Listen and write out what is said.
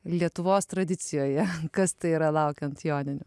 lietuvos tradicijoje kas tai yra laukiant joninių